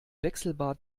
wechselbad